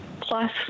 Plus